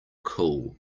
cool